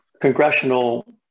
congressional